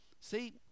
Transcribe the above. See